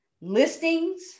listings